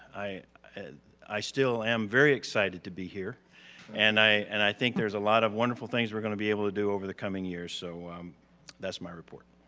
i i still am very excited to be here and i and i think there's a lot of wonderful things we're gonna be able to do over the coming years so that's my report.